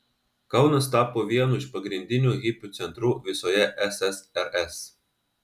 kaunas tapo vienu iš pagrindinių hipių centrų visoje ssrs